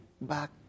back